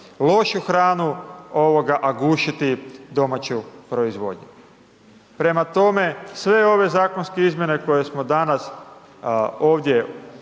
lošu hranu, a gušiti domaću proizvodnju. Prema tome, sve ove zakonske izmjene koje smo danas, ovdje raspravili,